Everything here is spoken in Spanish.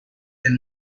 del